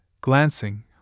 Glancing